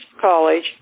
college